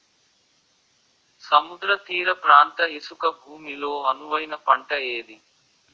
సముద్ర తీర ప్రాంత ఇసుక భూమి లో అనువైన పంట ఏది?